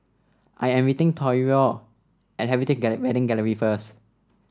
I am meeting Toivo at Wedding Gallery first